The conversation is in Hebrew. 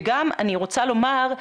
וגם אני רוצה לומר,